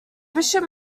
bishop